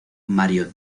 mario